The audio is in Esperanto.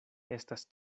estas